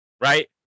right